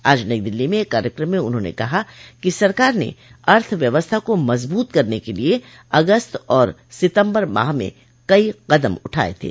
आज नई दिल्ली में एक कार्यक्रम में उन्होंने कहा कि सरकार ने अर्थव्यवस्था को मजबूत करने के लिए अगस्त और सितम्बर माह में कई कदम उठाये थे